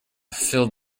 filled